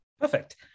Perfect